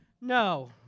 no